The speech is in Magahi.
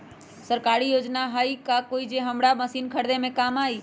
सरकारी योजना हई का कोइ जे से हमरा मशीन खरीदे में काम आई?